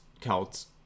Celts